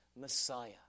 Messiah